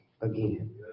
again